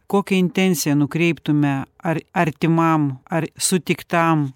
kokia intencija nukreiptume ar artimam ar sutiktam